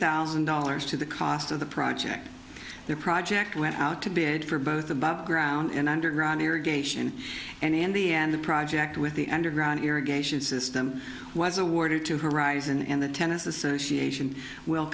thousand dollars to the cost of the project their project went out to be aid for both above ground and underground irrigation and in the end the project with the underground irrigation system was awarded to horizon and the tennis association will